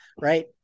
Right